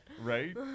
Right